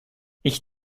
ich